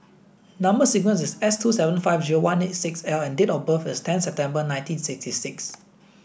number sequence is S two seven five zero one eight six L and date of birth is ten September nineteen sixty six